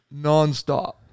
nonstop